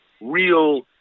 real